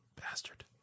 Bastard